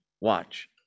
Watch